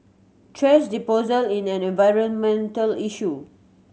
thrash disposal is an environmental issue